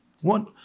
One